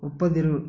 ಒಪ್ಪದಿರು